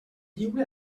lliure